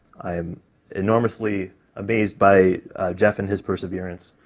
i am enormously amazed by jeff and his perseverance,